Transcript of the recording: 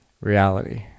reality